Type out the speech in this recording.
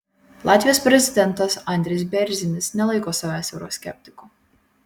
latvijos prezidentas andris bėrzinis nelaiko savęs euroskeptiku